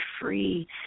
free